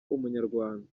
umunyarwanda